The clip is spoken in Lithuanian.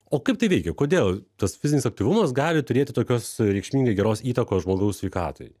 o kaip tai veikia kodėl tas fizinis aktyvumas gali turėti tokios reikšmingai geros įtakos žmogaus sveikatai